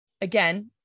Again